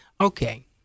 Okay